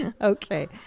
Okay